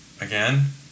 again